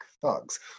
thugs